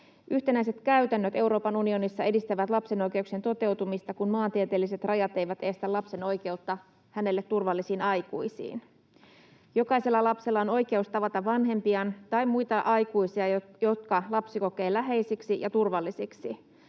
Yhtenäiset käytännöt Euroopan unionissa edistävät lapsen oikeuksien toteutumista, kun maantieteelliset rajat eivät estä lapsen oikeutta hänelle turvallisiin aikuisiin. Jokaisella lapsella on oikeus tavata vanhempiaan tai muita aikuisia, jotka lapsi kokee läheisiksi ja turvallisiksi.